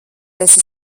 esi